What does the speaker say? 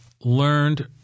learned